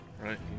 Right